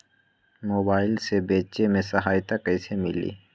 Mobile से बेचे में सहायता कईसे मिली?